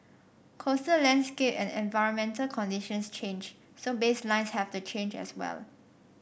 coastal landscape and environmental conditions change so baselines have to change as well